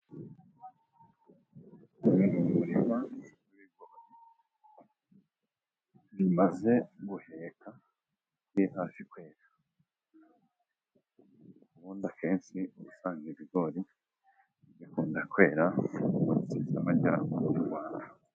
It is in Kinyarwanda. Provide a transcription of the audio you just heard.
Umurima w'ibigori bimaze guheka biri hafi kwera. Ubundi akenshi ubusanga ibigori bikunda kwera mu majyaruguru y'u Rwanda.